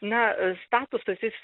na statusas jis